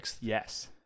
yes